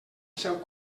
seu